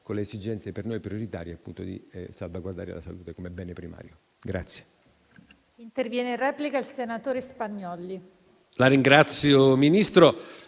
con l'esigenza per noi prioritaria di salvaguardare la salute come bene primario.